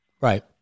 Right